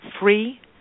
free